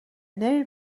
نمی